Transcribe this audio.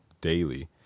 daily